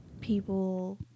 people